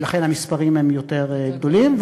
ולכן המספרים הם יותר גדולים,